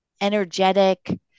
energetic